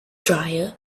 dryer